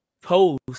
post